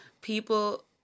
people